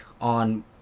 on